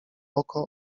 oko